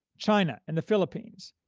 china, and the philippines,